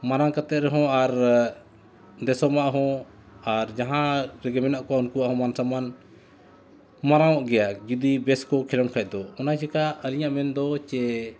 ᱢᱟᱨᱟᱝ ᱠᱟᱛᱮ ᱨᱮᱦᱚᱸ ᱟᱨ ᱫᱤᱥᱚᱢ ᱟᱸᱜ ᱦᱚᱸ ᱟᱨ ᱡᱟᱦᱟᱸ ᱨᱮᱜᱮ ᱢᱮᱱᱟᱜ ᱠᱚᱣᱟ ᱩᱱᱠᱩᱣᱟᱜ ᱦᱚᱸ ᱢᱟᱱ ᱥᱚᱱᱢᱟᱱ ᱢᱟᱨᱟᱝ ᱚᱜ ᱜᱮᱭᱟ ᱡᱩᱫᱤ ᱵᱮᱥ ᱠᱚ ᱠᱷᱮᱞᱳᱰ ᱠᱷᱟᱱ ᱫᱚ ᱚᱱᱟ ᱪᱤᱠᱟᱹ ᱟᱹᱞᱤᱧᱟᱜ ᱢᱮᱱᱫᱚ ᱪᱮ